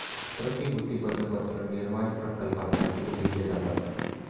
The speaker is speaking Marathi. प्रतिभूती बंधपत्र निर्माण प्रकल्पांसाठी लिहिले जातात